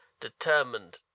determined